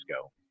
go